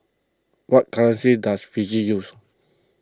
what currency does Fiji use